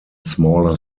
smaller